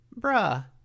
bruh